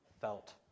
felt